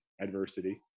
adversity